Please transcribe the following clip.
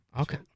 Okay